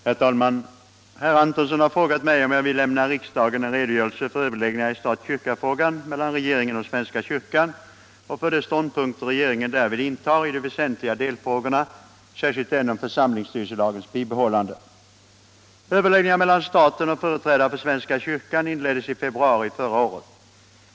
Herr talman! Herr Antonsson har frågat om jag vill lämna riksdagen en redogörelse för överläggningarna i stat-kyrka-frågan mellan regeringen och svenska kyrkan och för de ståndpunkter regeringen därvid intar i de väsentliga delfrågorna, särskilt den om församlingsstyrelselagens bibehållande. Överläggningarna mellan staten och företrädare för svenska kyrkan inleddes i februari förra året.